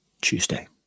Tuesday